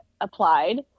applied